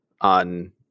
on